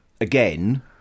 again